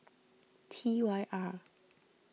T Y R